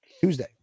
Tuesday